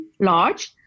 large